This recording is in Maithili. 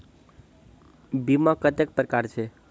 बीमा कत्तेक प्रकारक छै?